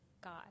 God